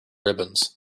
ribbons